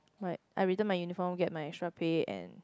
like I return my uniform get my extra pay and